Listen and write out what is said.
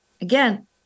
again